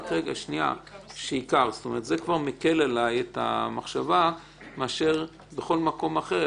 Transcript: זה כבר מקל עליי את המחשבה מאשר בכל מקום אחר.